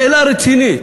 שאלה רצינית,